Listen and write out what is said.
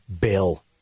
bill